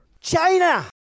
China